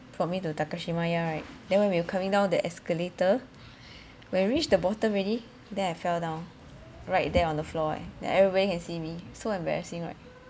for me to takashimaya right then when we were coming down the escalator when we reached the bottom already then I fell down right there on the floor eh then everybody can see me so embarrassing right